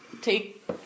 take